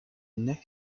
neck